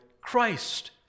Christ